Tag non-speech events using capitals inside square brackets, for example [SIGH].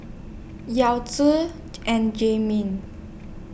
Yao Zi [UNINTELLIGIBLE] and Jay Ming